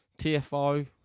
TFO